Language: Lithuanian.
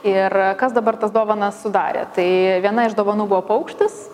ir kas dabar tas dovanas sudarė tai viena iš dovanų buvo paukštis